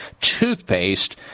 toothpaste